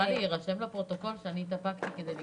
שיירשם בפרוטוקול שאני התאפקתי כדי לא